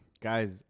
Guys